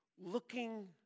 Looking